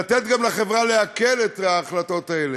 ולתת גם לחברה לעכל את ההחלטות האלה.